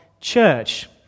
church